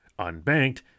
Unbanked